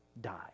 die